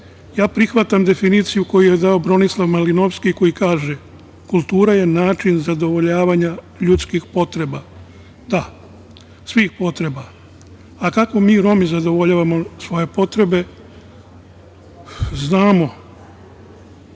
Ja prihvatam definiciju koju je dao Bronislav Malinovski, koji kaže - kultura je način zadovoljavanja ljudskih potreba. Da, svih potreba. A, kako mi Romi zadovoljavamo svoje potrebe, znamo.